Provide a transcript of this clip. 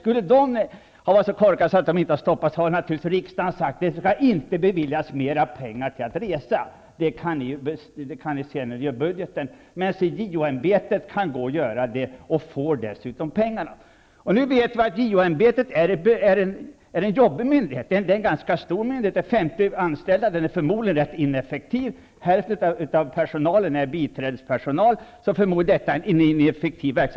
Om man där skulle ha varit så korkad att man inte stoppade det hela, skulle riksdagen naturligtvis ha sagt att det inte beviljas mera pengar för resor. Sådant skall man veta när budgeten görs. Men JO-ämbetet kan begära mera och får också pengar! JO-ämbetet är ju en jobbig myndighet och en ganska stor myndighet. Där finns 50 anställda. Förmodligen är den här myndigheten rätt ineffektiv. Hälften av personalen är biträdespersonal.